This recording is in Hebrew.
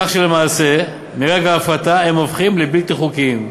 כך שלמעשה מרגע ההפרטה הם הופכים לבלתי חוקיים.